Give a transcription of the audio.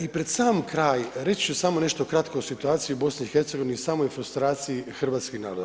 I pred sam kraj, reći ću samo nešto kratko o situaciji u BiH-u i samoj frustraciji hrvatskih naroda.